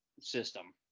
system